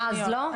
אה, אז לא?